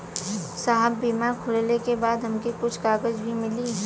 साहब बीमा खुलले के बाद हमके कुछ कागज भी मिली?